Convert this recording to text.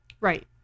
Right